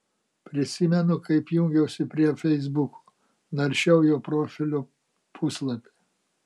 prisimenu kaip jungiausi prie feisbuko naršiau jo profilio puslapį